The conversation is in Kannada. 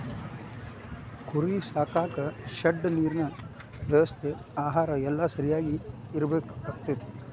ಕುರಿ ಸಾಕಾಕ ಶೆಡ್ ನೇರಿನ ವ್ಯವಸ್ಥೆ ಆಹಾರಾ ಎಲ್ಲಾ ಸರಿಯಾಗಿ ಇರಬೇಕಕ್ಕತಿ